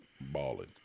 balling